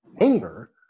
anger